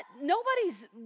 nobody's